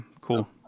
cool